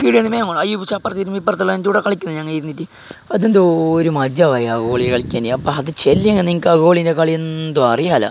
കളിക്കുന്നത് ഞങ്ങൾ ഇരുന്നിട്ട് അത് എന്തോരം മജ്ജ എന്ന് അറിയുമോ ഗോളി കളിക്കാന് അപ്പം അത് ചൊല്ലിയെന്നെങ്കില് ആ ഗോളിലെ കളിയോന്തും അറിയല്ല